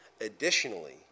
Additionally